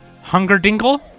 Hungerdingle